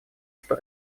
что